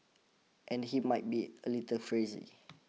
and he might be a little crazy